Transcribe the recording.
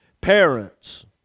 Parents